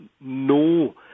no